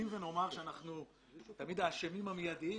אנחנו תמיד האשמים המידיים.